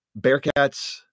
Bearcats